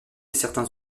certains